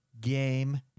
game